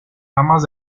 ramas